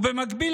ובמקביל,